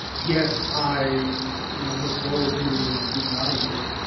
yes, i you know look forward to getting out of here,